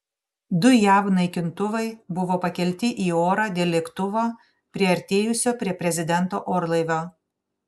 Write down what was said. du jav naikintuvai buvo pakelti į orą dėl lėktuvo priartėjusio prie prezidento orlaivio